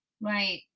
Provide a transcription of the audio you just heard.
right